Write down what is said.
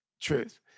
truth